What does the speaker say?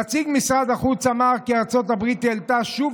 נציג משרד החוץ אמר כי ארצות הברית העלתה שוב